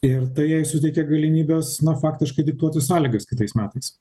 ir tai jai suteikia galimybes na faktiškai diktuoti sąlygas kitais metais